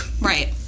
Right